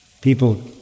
People